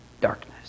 darkness